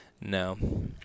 No